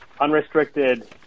unrestricted